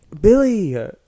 billy